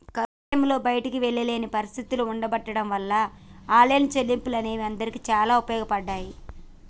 corona టైంలో బయటికి వెళ్ళలేని పరిస్థితులు ఉండబడ్డం వాళ్ళ ఆన్లైన్ చెల్లింపులు అనేవి అందరికీ చాలా ఉపయోగపడ్డాయి